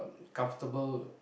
comfortable